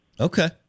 Okay